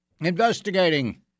investigating